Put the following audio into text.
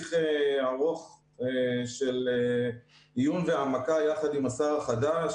בתהליך ארוך של עיון והעמקה יחד עם השר החדש